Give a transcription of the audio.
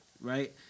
right